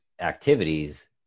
activities